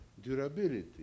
durability